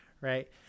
right